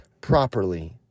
properly